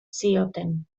zioten